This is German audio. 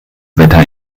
wetter